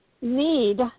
need